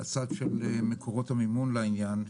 לצד של מקורות המימון לעניין,